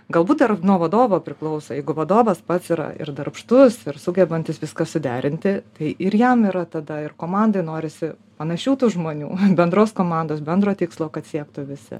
galbūt dar nuo vadovo priklauso jeigu vadovas pats yra ir darbštus ir sugebantis viską suderinti tai ir jam yra tada ir komandoj norisi panašių tų žmonių bendros komandos bendro tikslo kad siektų visi